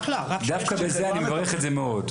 דווקא אני מברך את זה מאוד.